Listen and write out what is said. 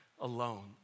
alone